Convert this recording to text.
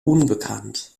unbekannt